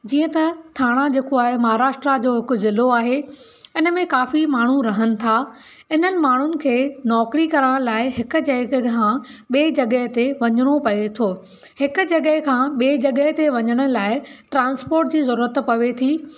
जीअं त थाणा जेको आहे महाराष्ट्रा जो हिकु ज़िलो आहे हिननि मे काफ़ी माण्हू रहनि था हिननि माण्हुनि खे नौकिरी करण लाइ हिकु जॻहि खां ॿिए जॻहि ते वञिणो पए थो हिकु जॻहिं खां ॿिए जॻहि ते वञण लाइ ट्रांस्पोट जी ज़रूरत त पवे थी